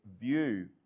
view